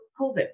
COVID